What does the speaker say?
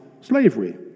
slavery